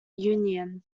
union